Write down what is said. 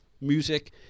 music